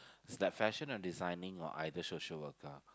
snap fashion or designing or either social worker